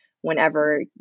whenever